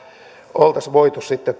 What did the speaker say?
oltaisi voitu sitten